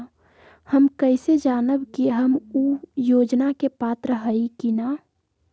हम कैसे जानब की हम ऊ योजना के पात्र हई की न?